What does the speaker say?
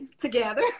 together